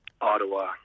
ottawa